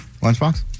Lunchbox